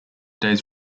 days